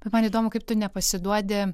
bet man įdomu kaip tu nepasiduodi